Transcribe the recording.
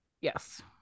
Yes